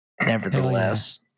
Nevertheless